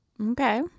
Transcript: Okay